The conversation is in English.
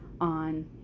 on